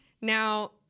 Now